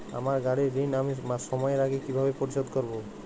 আমার গাড়ির ঋণ আমি সময়ের আগে কিভাবে পরিশোধ করবো?